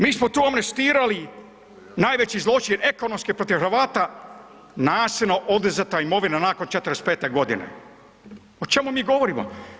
Mi smo tu amnestirali najveći zločin ekonomski protiv Hrvata, nasilno oduzeta imovina nakon '45.godine. o čemu mi govorimo?